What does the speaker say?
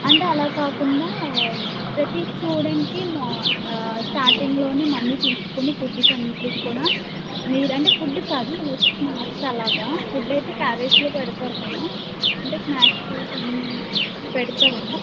అంటే అలా కాకుండా ప్రతీ స్టూడెంట్కి మా స్టార్టింగ్లోనే మనీ తీసుకొని ఫుడ్కి అన్నిట్లికి కూడా మీరు అంటే ఫుడ్ కాదు లైక్ స్నాక్స్ అలాగా ఫుడ్ అయితే క్యారేజ్లో పెడతారు కదా అంటే స్నాక్స్ టైపు ఏమైనా పెడతారు అండి